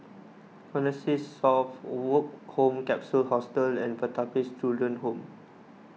Connexis South Woke Home Capsule Hostel and Pertapis Children Home